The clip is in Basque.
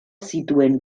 zituen